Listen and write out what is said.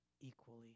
equally